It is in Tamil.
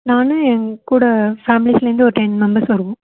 நானும் என்கூட ஃபேமிலிலேருந்து ஒரு டென் மெம்பர்ஸ் வருவோம்